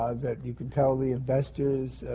ah that you can tell the investors,